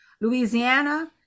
Louisiana